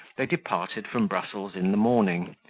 they departed from brussels in the morning,